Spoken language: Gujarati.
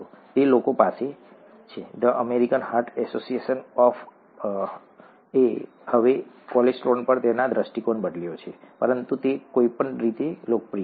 તે લોકો પાસે છે ધ અમેરિકન હાર્ટ એસોસિએશને હવે કોલેસ્ટ્રોલ પર તેનો દૃષ્ટિકોણ બદલ્યો છે પરંતુ તે કોઈપણ રીતે લોકપ્રિય છે